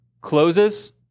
closes